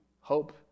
Hope